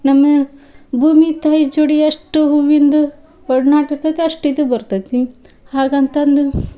ನಮ್ಮ ಭೂಮಿ ತಾಯಿ ಜೋಡಿ ಎಷ್ಟು ಹೂವಿಂದ ಒಡನಾಟ ಇರ್ತಿತೋ ಅಷ್ಟು ಇದು ಬರ್ತೈತಿ ಹಾಗಂತಂದು